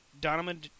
Donovan